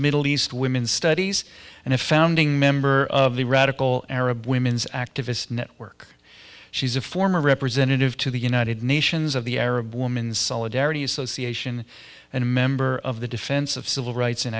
middle east women's studies and a founding member of the radical arab women's activists network she's a former representative to the united nations of the arab woman's solidarity association and a member of the defense of civil rights in